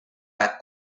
aeg